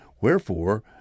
wherefore